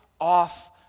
off